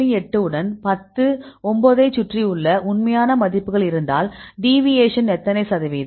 8 உடன் 10 9 ஐச் சுற்றியுள்ள உண்மையான மதிப்புகள் இருந்தால் டீவியேஷன் எத்தனை சதவீதம்